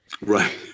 Right